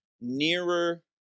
nearer